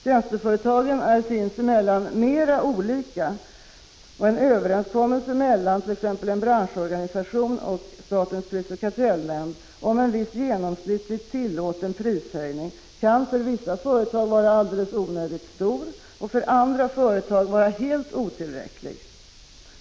Tjänsteföretagen är sinsemellan mycket olika och en överenskommelse mellan en branschorganisation och SPK om en viss genomsnittlig tillåten prishöjning kan för vissa företag vara onödigt stor och för andra företag vara helt otillräcklig.